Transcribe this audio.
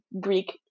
Greek